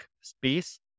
space